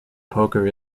poker